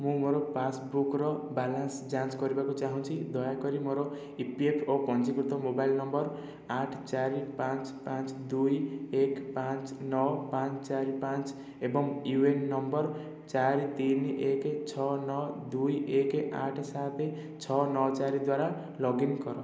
ମୁଁ ମୋର ପାସ୍ବୁକ୍ର ବାଲାନ୍ସ ଯାଞ୍ଚ କରିବାକୁ ଚାହୁଁଛି ଦୟାକରି ମୋର ଇପିଏଫ୍ ଓ ପଞ୍ଜୀକୃତ ମୋବାଇଲ ନମ୍ବର ଆଠ ଚାରି ପାଞ୍ଚ ପାଞ୍ଚ ଦୁଇ ଏକ ପାଞ୍ଚ ନଅ ପାଞ୍ଚ ଚାରି ପାଞ୍ଚ ଏବଂ ୟୁଏଏନ୍ ନମ୍ବର ଚାରି ତିନି ଏକ ଛଅ ନଅ ଦୁଇ ଏକ ଆଠ ସାତ ଛଅ ନଅ ଚାରି ଦ୍ଵାରା ଲଗ୍ ଇନ୍ କର